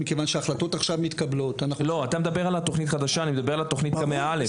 אני מדבר על קמ"ע א'.